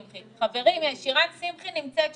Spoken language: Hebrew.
חברים, שירן שמחי נמצאת שם.